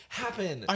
happen